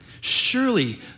Surely